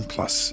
Plus